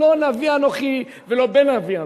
לא נביא אנוכי ולא בן נביא אנוכי.